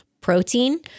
protein